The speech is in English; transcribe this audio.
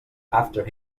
after